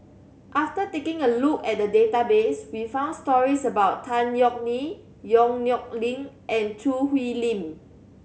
after taking a look at the database we found stories about Tan Yeok Nee Yong Nyuk Lin and Choo Hwee Lim